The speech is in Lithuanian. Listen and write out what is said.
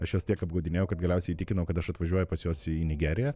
aš juos tiek apgaudinėjau kad galiausiai įtikinau kad aš atvažiuoju pas juos į nigeriją